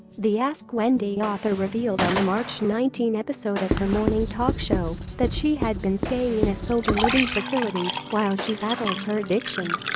the ask wendy author revealed on the march nineteen episode of her morning talk show that she had been staying in a sober living facility while she battles her addiction